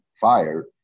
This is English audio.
fired